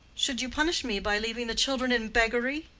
should you punish me by leaving the children in beggary?